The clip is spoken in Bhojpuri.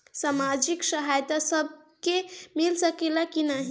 सामाजिक सहायता सबके मिल सकेला की नाहीं?